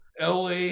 LA